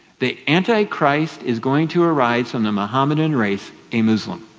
the antichrist is going to arise from the mohammedan race, a moslem.